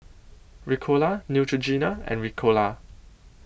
Ricola Neutrogena and Ricola